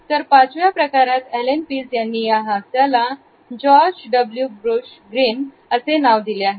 तर पाचव्या प्रकारात एलेन पिज यांनी या हास्याला George W Bush grin असे नाव दिले आहेत